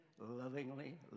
lovingly